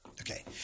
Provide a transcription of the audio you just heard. Okay